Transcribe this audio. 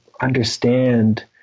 understand